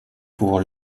pour